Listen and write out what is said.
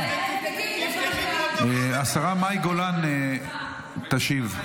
תבדקי פרוטוקולים --- השרה מאי גולן תשיב.